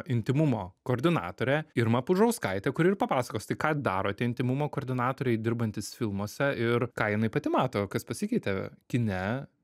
intymumo koordinatorę irmą pužauskaitę kuri ir papasakos tai ką daro tie intymumo koordinatoriai dirbantys filmuose ir ką jinai pati mato kas pasikeitė kine